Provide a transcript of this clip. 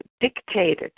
dictated